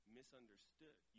misunderstood